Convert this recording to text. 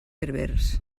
berbers